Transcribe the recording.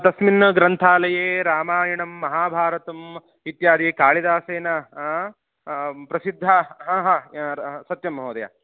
तस्मिन् ग्रन्थालये रामायणं महाभारतम् इत्यादि कालिदासेन प्रसिद्धः हा हा सत्यं महोदय